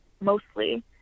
mostly